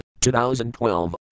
2012